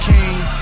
King